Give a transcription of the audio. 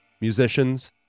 musicians